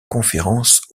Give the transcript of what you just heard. conférence